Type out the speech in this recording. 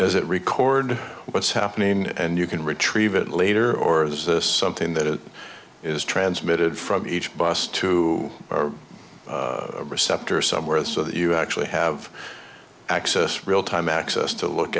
as it record what's happening and you can retrieve it later or is this something that it is transmitted from each boss to our receptor somewhere so that you actually have access real time access to look